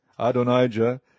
Adonijah